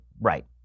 right